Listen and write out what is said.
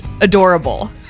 adorable